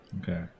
okay